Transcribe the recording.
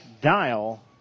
Dial